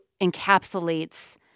encapsulates